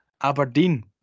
Aberdeen